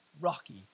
rocky